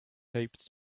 taped